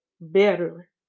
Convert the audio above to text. better